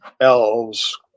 elves